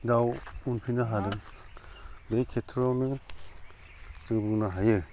दाउ मोनफैनो हादों बे खेत्र'आवनो जों बुंनो हायो